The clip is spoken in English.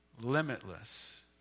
limitless